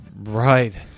Right